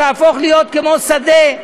תהפוך להיות כמו שדה,